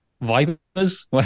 vipers